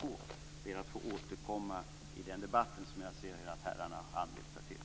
Jag ber att få återkomma i den debatt som jag ser att herrarna har anmält sig till.